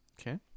Okay